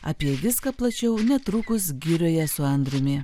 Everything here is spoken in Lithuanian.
apie viską plačiau netrukus girioje su andriumi